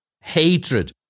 Hatred